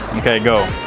okay, go